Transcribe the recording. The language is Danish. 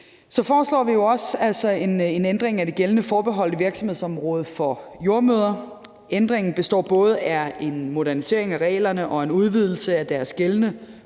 Så foreslår vi jo også en ændring af det gældende forbeholdte virksomhedsområde for jordemødre. Ændringen består både af en modernisering af reglerne og en udvidelse af deres gældende